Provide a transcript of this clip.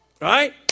right